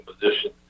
position